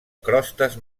crostes